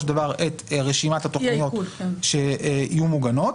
של דבר את רשימת התכניות שיהיו מוגנות,